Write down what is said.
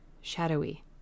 shadowy